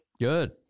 Good